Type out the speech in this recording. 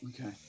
Okay